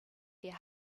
their